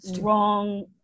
wrong